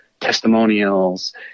testimonials